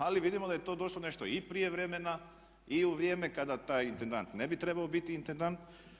Ali vidimo da je to došlo nešto i prije vremena i u vrijeme kada taj intendant ne bi trebao biti intendant.